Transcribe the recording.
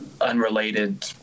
unrelated